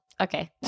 Okay